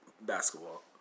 basketball